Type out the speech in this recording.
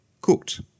cooked